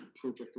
project